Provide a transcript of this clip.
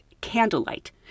candlelight